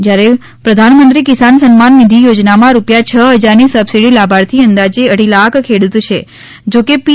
જ્યારે પ્રધાનમંત્રી કિસાન સન્માન નિધિ યોજનામાં રૂપિયા છ હજારની સબસીડી લાભાર્થી અંદાજે અઢી લાખ ખેડૂત છે જો કે પી